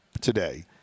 today